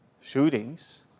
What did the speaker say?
shootings